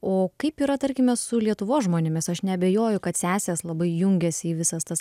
o kaip yra tarkime su lietuvos žmonėmis aš neabejoju kad sesės labai jungiasi į visas tas